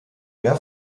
mehr